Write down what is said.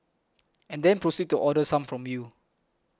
and then proceed to order some from you